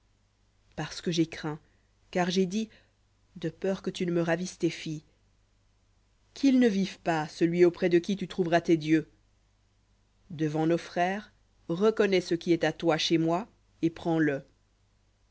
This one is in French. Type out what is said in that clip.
parce que j'ai craint car j'ai dit de peur que tu ne me ravisses tes filles quil ne vive pas celui auprès de qui tu trouveras tes dieux devant nos frères reconnais ce qui est à toi chez moi et prends-le